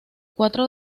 cuatro